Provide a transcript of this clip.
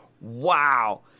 Wow